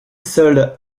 soldes